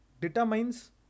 determines